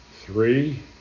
three